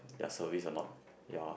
their service or not ya